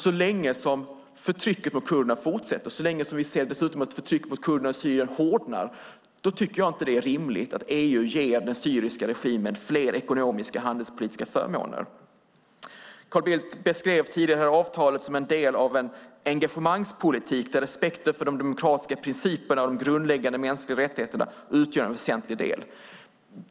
Så länge förtrycket mot kurderna fortsätter och så länge vi ser att förtrycket mot kurderna i Syrien hårdnar är det inte rimligt att EU ger den syriska regimen fler ekonomiska och handelspolitiska förmåner. Carl Bildt beskrev tidigare avtalet som en del av en engagemangspolitik där respekten för de demokratiska principerna och de grundläggande mänskliga rättigheterna utgör en väsentlig del.